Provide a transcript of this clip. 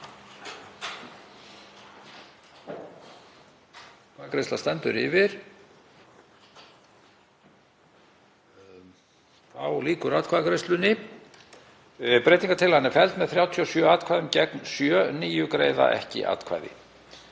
Það er það